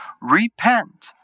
Repent